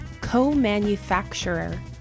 co-manufacturer